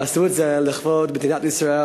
ועשו את זה לכבוד מדינת ישראל,